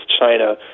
China